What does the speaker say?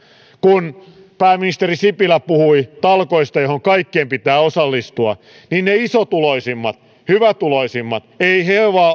kun pääministeri sipilä puhui talkoista joihin kaikkien pitää osallistua niin eivät ne isotuloisimmat hyvätuloisimmat